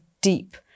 deep